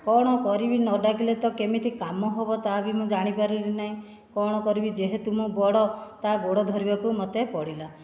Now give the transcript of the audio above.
କ'ଣ କରିବି ନ ଡାକିଲେ ତ କେମିତି କାମ ହେବ କେମିତି କାମ ତାହା ବିନା ମୁଁ ଜାଣିପାରିବି ନାହିଁ କ'ଣ କରିବି ଯେହେତୁ ମୁଁ ବଡ଼ ତା ଗୋଡ଼ ଧରିବାକୁ ମୋତେ ପଡ଼ିଲା